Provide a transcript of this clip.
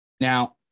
Now